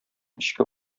эчке